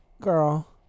Girl